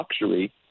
luxury